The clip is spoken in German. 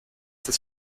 des